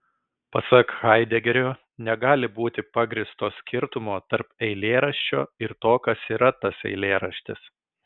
pasak haidegerio negali būti pagrįsto skirtumo tarp eilėraščio ir to kas yra tas eilėraštis